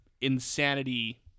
insanity